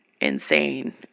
insane